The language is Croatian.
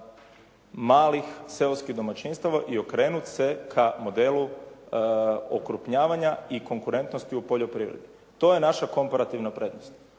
malih seoskih domaćinstava i okrenut se ka modelu okrupnjavanja i konkurentnosti u poljoprivredi, to je naša komparativna prednost.